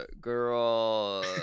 girl